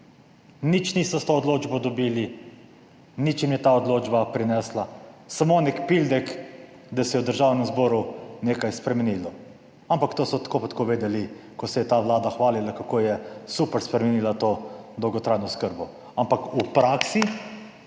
Nič niso s to odločbo dobili, nič jim je ta odločba prinesla, samo neki pildek, da se je v Državnem zboru nekaj spremenilo. Ampak to so tako pa tako vedeli, ko se je ta Vlada hvalila, kako je super spremenila to dolgotrajno oskrbo, **42. TRAK: